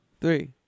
three